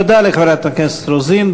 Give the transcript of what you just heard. תודה לחברת הכנסת מיכל רוזין.